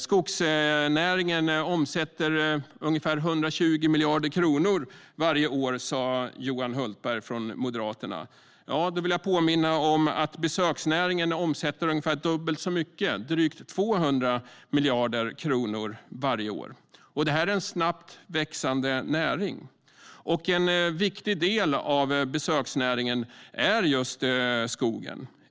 Skogsnäringen omsätter ungefär 120 miljarder kronor varje år, sa Johan Hultberg från Moderaterna. Då vill jag påminna om att besöksnäringen omsätter ungefär dubbelt så mycket, drygt 200 miljarder kronor varje år. Det här är en snabbt växande näring. En viktig del av besöksnäringen är just skogen.